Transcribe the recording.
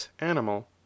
animal